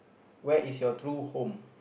where is your true home